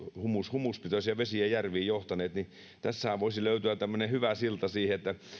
humuspitoisia vesiä järviin johtaneet niin tässähän voisi löytyä tämmöinen hyvä silta että